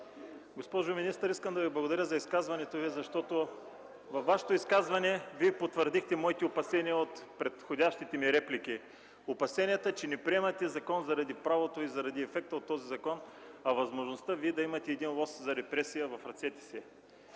Госпожо министър, искам да Ви благодаря за изказването, защото в него Вие потвърдихте моите опасения от предходните ми реплики – опасения, че не приемате закона заради правото и заради ефекта от този закон, а за възможността Вие да имате лост за репресия в ръцете си.